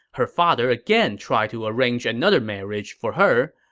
her father again tried to arrange another marriage for her.